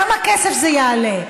כמה כסף זה יעלה?